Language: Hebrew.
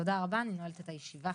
תודה רבה, אני נועלת את הישיבה.